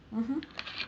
mmhmm